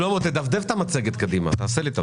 שלמה, תדפדף את המצגת קדימה, יש שם תשובות.